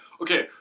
okay